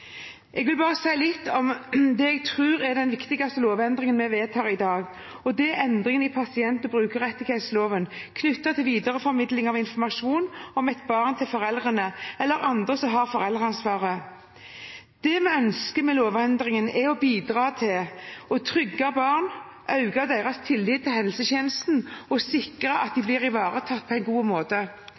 Jeg vil bare si litt om det jeg tror er den viktigste lovendringen vi vedtar i dag. Det er endringen i pasient- og brukerrettighetsloven knyttet til videreformidling av informasjon om et barn til foreldre eller andre som har foreldreansvaret. Det vi ønsker med lovendringen, er å bidra til å trygge barn, øke deres tillit til helsetjenesten og sikre at de blir ivaretatt på en god måte.